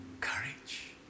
courage